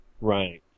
Right